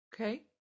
Okay